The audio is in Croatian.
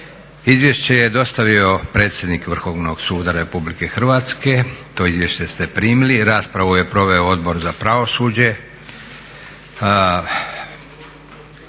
Izvješće je dostavio predsjednik Vrhovnog suda Republike Hrvatske. To izvješće ste primili. Raspravu je proveo Odbor za pravosuđe.